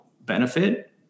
benefit